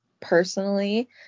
personally